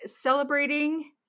celebrating